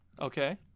Okay